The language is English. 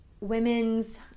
women's